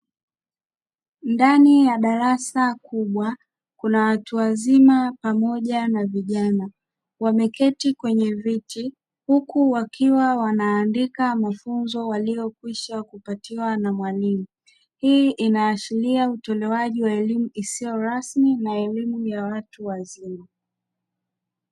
Ndani ya darasa kubwa, kuna watu wazima pamoja na vijana wameketi kwenye viti, huku wakiwa wanaandika mafunzo waliokwisha kupatiwa na mwalimu. Hii inaashiria utolewaji wa elimu isio rasmi na elimu ya watu wazima.